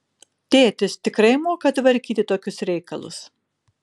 tėtis tikrai moka tvarkyti tokius reikalus